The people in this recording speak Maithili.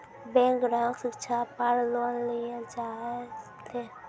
बैंक ग्राहक शिक्षा पार लोन लियेल चाहे ते?